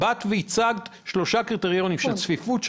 את הצגת שלושה קריטריונים צפיפות,